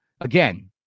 again